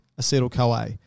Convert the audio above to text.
acetyl-CoA